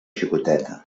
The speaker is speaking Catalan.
xicoteta